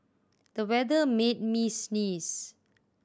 the weather made me sneeze